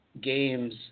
games